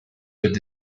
would